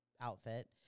outfit